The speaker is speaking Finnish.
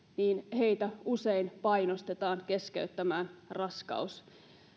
heitä usein painostetaan keskeyttämään raskaus